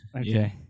Okay